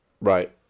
right